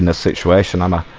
and situation um are